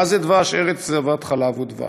מה זה דבש, ארץ זבת חלב ודבש.